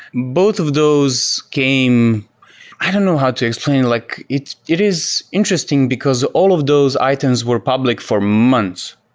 both of those came i don't know how to explain. like it it is interesting, because all of those items were public for months.